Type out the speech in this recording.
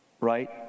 right